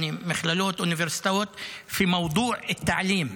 כלומר מכללות ואוניברסיטאות (אומר בערבית: בנושא הוראה).